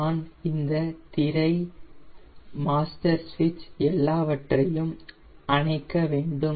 நான் இந்த திரை மாஸ்டர் சுவிட்ச் எல்லாவற்றையும் அணைக்க வேண்டும்